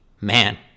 Man